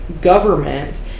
government